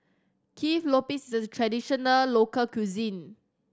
Kueh Lopes traditional local cuisine